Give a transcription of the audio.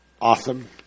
awesome